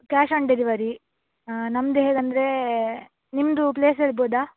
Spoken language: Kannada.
ಕ್ಯಾಶ್ ಆನ್ ಡೆಲಿವರಿ ಹಾಂ ನಮ್ದು ಹೇಗೆ ಅಂದರೆ ನಿಮ್ಮದು ಪ್ಲೇಸ್ ಹೇಳ್ಬೋದಾ